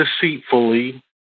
deceitfully